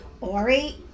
Ori